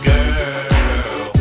Girl